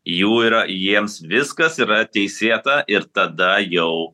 jų yra jiems viskas yra teisėta ir tada jau